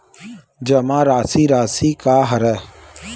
जमा राशि राशि का हरय?